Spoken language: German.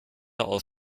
aus